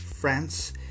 France